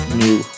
new